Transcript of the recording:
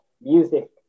Music